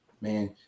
Man